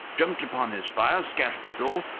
jumped upon his fire, scattered it all,